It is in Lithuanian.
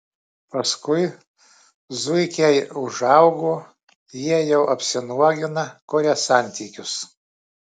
paskui zuikiai užaugo jie jau apsinuogina kuria santykius